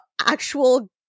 actual